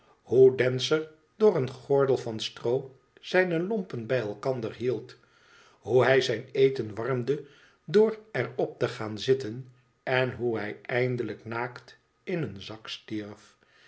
eer door een gordel van stroo zijne lompen bij elkander hield hoe hi zijn eten warmde door er op te gaan zitten en hoe hij eindelijk naakt in een zak stierf